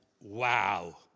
wow